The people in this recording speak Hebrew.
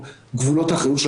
אני מניח שחלק גדול מאוד מן